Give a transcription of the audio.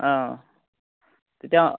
অ তেতিয়া